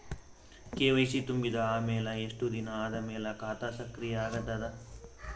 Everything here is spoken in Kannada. ಕೆ.ವೈ.ಸಿ ತುಂಬಿದ ಅಮೆಲ ಎಷ್ಟ ದಿನ ಆದ ಮೇಲ ಖಾತಾ ಸಕ್ರಿಯ ಅಗತದ?